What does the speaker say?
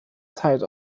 zeit